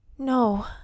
No